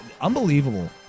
Unbelievable